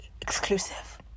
exclusive